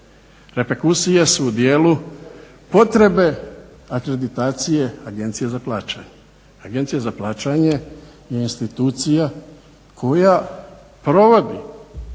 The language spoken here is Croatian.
Reperkusije su u djelu potrebe, akreditacije Agencije za plaćanje. Agencija za plaćanje je institucija koja provodi,